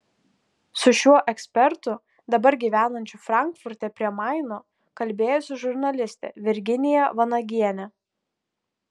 su šiuo ekspertu dabar gyvenančiu frankfurte prie maino kalbėjosi žurnalistė virginija vanagienė